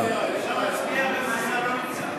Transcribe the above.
אפשר להצביע גם אם השר לא נמצא.